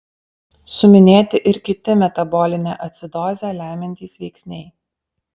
suminėti ir kiti metabolinę acidozę lemiantys veiksniai